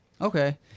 Okay